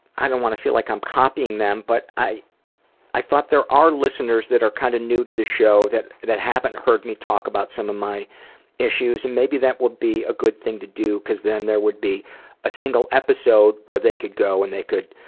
don't want to feel like i'm copying them, but i i thought there are listeners that are kind of new to the show that that haven't heard me talk about my issues and maybe that would be a good thing to do, cause then there would be a single episode where they could go and they could